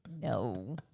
No